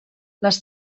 les